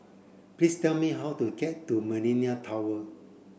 please tell me how to get to Millenia Tower